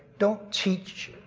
don't teach,